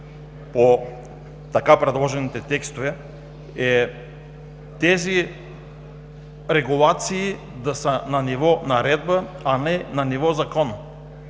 по така предложените текстове е тези регулации да са на ниво наредба, а не ниво закон,